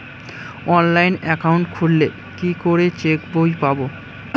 Online account খুললে কি করে চেক বই পাব?